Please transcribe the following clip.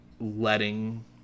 letting